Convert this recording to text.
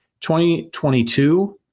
2022